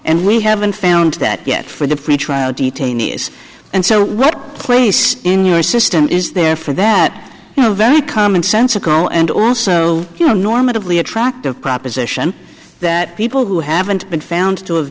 and we haven't found that yet for the pretrial detainees and so what place in your system is there for that very common sensical and also you know normatively attractive proposition that people who haven't been found to have